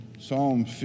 Psalm